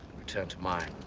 return to mine